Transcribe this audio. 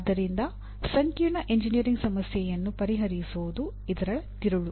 ಆದ್ದರಿಂದ ಸಂಕೀರ್ಣ ಎಂಜಿನಿಯರಿಂಗ್ ಸಮಸ್ಯೆಯನ್ನು ಪರಿಹರಿಸುವುದು ಇದರ ತಿರುಳು